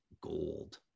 gold